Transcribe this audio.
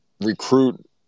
recruit